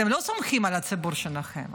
אתם לא סומכים על הציבור שלכם.